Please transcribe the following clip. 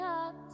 up